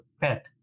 pet